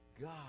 God